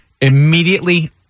Immediately